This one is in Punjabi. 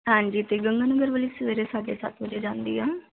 ਹਾਂਜੀ ਅਤੇ ਗੰਗਾ ਨਗਰ ਵਾਲੀ ਸਵੇਰੇ ਸਾਢੇ ਸੱਤ ਵਜੇ ਜਾਂਦੀ ਆ